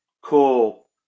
cool